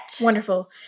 Wonderful